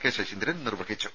K Saseendran നിർവ്വഹിച്ചു